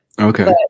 okay